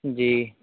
جی